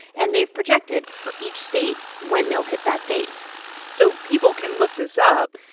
and they've projected for each state when they'll hit that date so people can look this up.